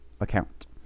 account